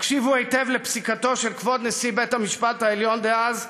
תקשיבו היטב לפסיקתו של כבוד נשיא בית-המשפט העליון דאז,